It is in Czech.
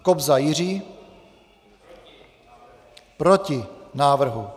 Kobza Jiří: Proti návrhu.